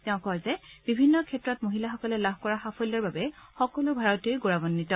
তেওঁ কয় যে বিভিন্ন ক্ষেত্ৰত মহিলাসকলে লাভ কৰা সাফল্যৰ বাবে সকলো ভাৰতীয়ই গৌৰৱান্বিত